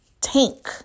tank